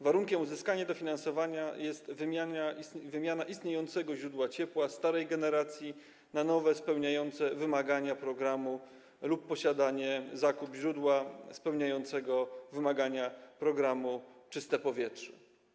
Warunkiem uzyskania dofinansowania jest wymiana istniejącego źródła ciepła starej generacji na nowe, spełniające wymagania programu, lub posiadanie, zakup źródła spełniającego wymagania określone w programie „Czyste powietrze”